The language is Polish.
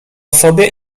sobie